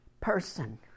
person